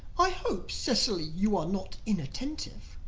i hope, cecily, you are not inattentive.